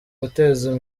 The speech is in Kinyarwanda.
guteza